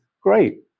Great